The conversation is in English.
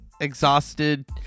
exhausted